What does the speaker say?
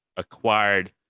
acquired